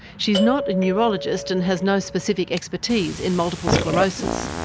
she is not a neurologist and has no specific expertise in multiple sclerosis.